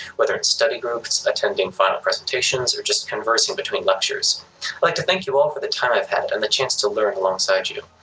whether it's study groups, attending final presentations, or just conversing between lectures. i'd like to thank you all for the time i've had and the chance to learn alongside you.